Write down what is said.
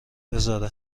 بذاره